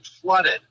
flooded